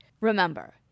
remember